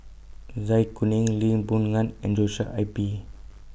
Zai Kuning Lee Boon Ngan and Joshua I P